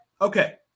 okay